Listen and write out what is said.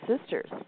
sisters